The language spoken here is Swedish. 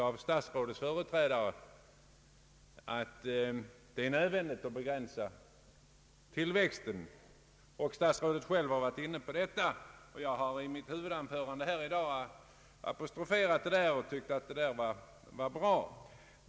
Statsrådets företrädare har sagt att det är nödvändigt att begränsa tillväxten till dessa områden, och statsrådet Holmqvist har varit inne på samma sak. Jag apostroferade i mitt huvudanförande i dag detta uttalande och tyckte att det var bra.